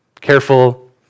Careful